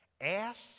ask